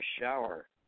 shower